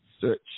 Search